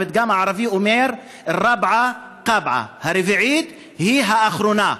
והפתגם הערבי אומר (אומר בערבית ומתרגם:) הרביעית היא האחרונה.